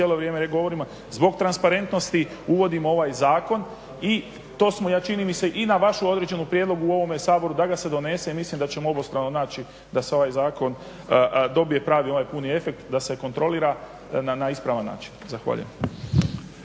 cijelo vrijeme govorimo zbog transparentnost uvodimo ovaj zakon i to smo čini mi se i na vaš određeni prijedlog u ovome Saboru da ga se donese i mislim da ćemo obostrano naći da se ovaj zakon dobije pravi puni efekt da se kontrolira na ispravan način. Zahvaljujem.